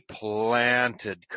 planted